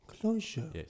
Closure